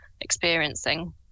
experiencing